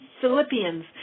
Philippians